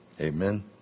Amen